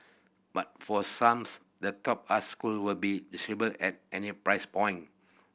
but for some the top us school will be at any price point